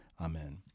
Amen